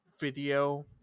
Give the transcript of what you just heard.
video